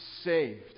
saved